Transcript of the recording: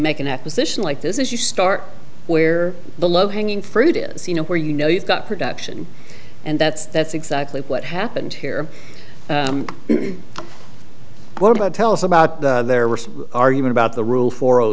make an acquisition like this is you start where the low hanging fruit is you know where you know you've got production and that's that's exactly what happened here what about tell us about the their recent argument about the rule for